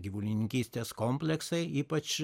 gyvulininkystės kompleksai ypač